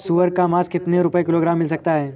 सुअर का मांस कितनी रुपय किलोग्राम मिल सकता है?